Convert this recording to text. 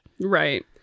Right